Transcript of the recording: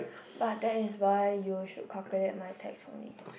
but that is why you should calculate my tax for me